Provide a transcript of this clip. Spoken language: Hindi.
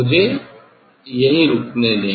मुझे यहीं रुकने दो